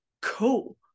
cool